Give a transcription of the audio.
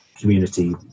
community